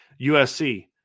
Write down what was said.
USC